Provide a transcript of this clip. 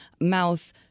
mouth